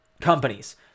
companies